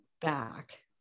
back